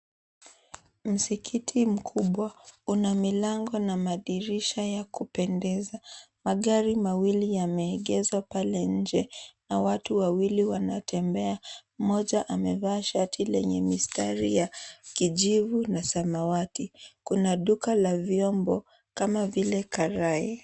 Msikiti mkubwa una milango na madirisha ya kupendeza. Magari mawili yameegezwa pale nje na watu wawili wanatembea. Mmoja amevaa shati lenye mistari ya kijivu na samawati. Kuna duka la vyombo kama vile karai.